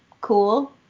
cool